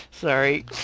Sorry